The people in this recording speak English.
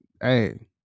Hey